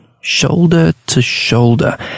Shoulder-to-shoulder